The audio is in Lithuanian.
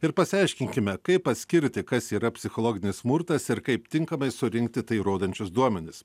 ir pasiaiškinkime kaip atskirti kas yra psichologinis smurtas ir kaip tinkamai surinkti tai įrodančius duomenis